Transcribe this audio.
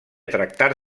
tractar